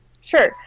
Sure